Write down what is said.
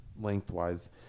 Lengthwise